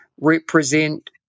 represent